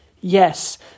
yes